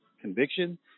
conviction